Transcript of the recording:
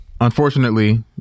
unfortunately